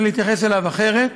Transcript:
צריך להתייחס אליו אחרת,